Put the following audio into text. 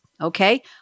okay